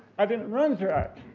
i didn't run track!